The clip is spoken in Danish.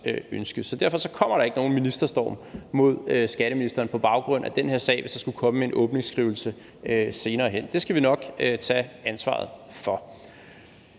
Derfor kommer der ikke nogen ministerstorm mod skatteministeren på baggrund af den her sag, hvis der skulle komme en åbningsskrivelse senere hen. Det skal vi nok tage ansvaret for.